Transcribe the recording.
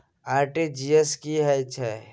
RTG S की है छै?